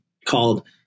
called